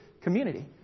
community